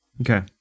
Okay